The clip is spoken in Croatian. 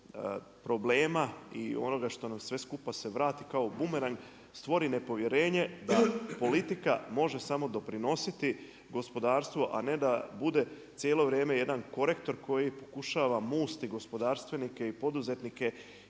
problema i onoga što nam sve skupa se vrati kao bumerang stvori nepovjerenje da politika može samo doprinositi gospodarstvu a ne da bude cijelo vrijeme jedan korektor koji pokušava musti gospodarstvenike i poduzetnike